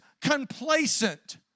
complacent